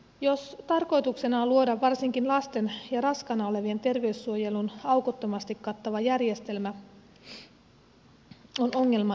jos tarkoituksena on luoda varsinkin lasten ja raskaana olevien terveyssuojelun aukottomasti kattava järjestelmä on ongelma ilmeinen